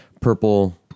purple